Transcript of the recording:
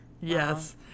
Yes